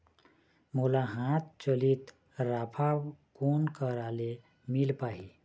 मोला हाथ चलित राफा कोन करा ले मिल पाही?